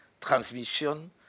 transmission